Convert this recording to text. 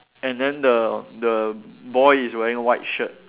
and then the the boy is wearing white shirt